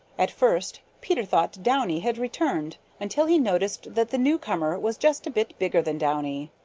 at first peter thought downy had returned until he noticed that the newcomer was just a bit bigger than downy.